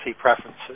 preferences